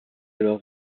leurs